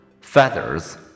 feathers